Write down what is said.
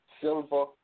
silver